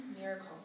miracle